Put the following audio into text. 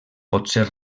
potser